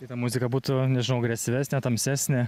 tai ta muzika būtų nežinau agresyvesnė tamsesnė